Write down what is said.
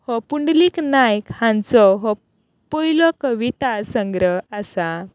हो पुंडलीक नायक हांचो हो पयलो कविता संग्रह आसा